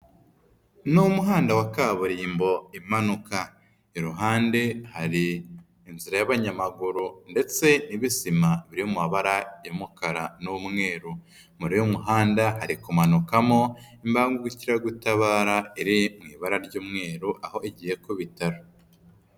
Ni umuhanda wa kaburimbo imanuka. Iruhande hari inzira y'abanyamaguru ndetse n'ibisima biri mu mabara y'umukara n'umweru. Muri uyu muhanda hari kumanukamo imbangukiragutabara iri mu ibara ry'umweru aho igiye ku bitaro.